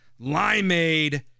limeade